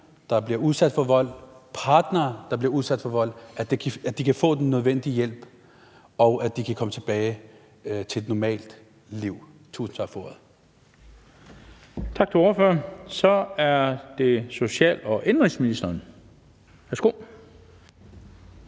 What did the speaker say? der bliver udsat for vold, partnere, der bliver udsat for vold, kan få den nødvendige hjælp, og at de kan komme tilbage til et normalt liv. Tusind tak for ordet. Kl. 11:10 Den fg. formand (Bent Bøgsted): Tak